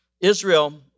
Israel